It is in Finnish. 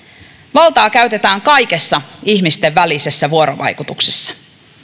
valtaa käytetään kaikessa ihmisten välisessä vuorovaikutuksessa